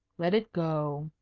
let it go,